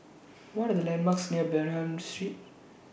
What Are The landmarks near Bernam Street